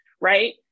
right